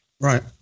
right